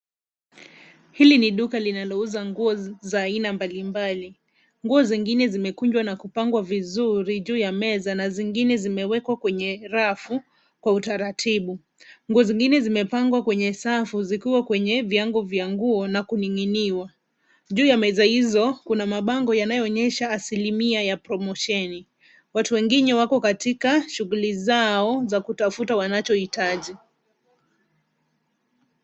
Hili ni duka linalouza nguo za aina mbalimbali. Nguo zingine zimekunjwa na kupangwa vizuri juu ya meza na zingine zimewekwa kwenye rafu kwa utaratibu. Nguo zingine zimepangwa kwenye safu zikiwa kwenye viango vya nguo na kuning'iniwa. Juu ya meza hizo kuna mabango yanayoonyesha asilimia ya promotion . Watu wengine wako katika shughuli zao za kutafuta wanachohitaji.